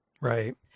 right